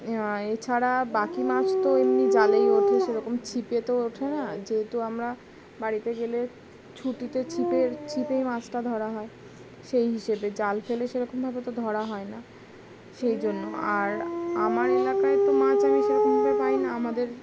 এছাড়া বাকি মাছ তো এমনি জ্বালেই ওঠে সেরকম ছিপে তো ওঠে না যেহেতু আমরা বাড়িতে গেলে ছুটিতে ছিপে ছিপেই মাছটা ধরা হয় সেই হিসেবে জাল ফেলে সেরকমভাবে তো ধরা হয় না সেই জন্য আর আমার এলাকায় তো মাছ আমি সেরকমভাবে পাই না আমাদের